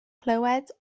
clywed